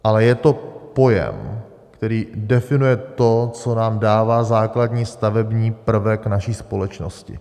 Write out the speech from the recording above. Ale je to pojem, který definuje to, co nám dává základní stavební prvek naší společnosti.